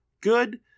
good